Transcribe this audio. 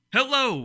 Hello